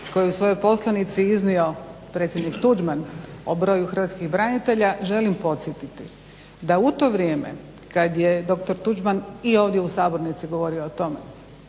koju je u svojoj poslanici iznio predsjednik Tuđman o broju hrvatskih branitelja želim podsjetiti da u to vrijeme kada je dr. Tuđman i ovdje u sabornici govorio o tome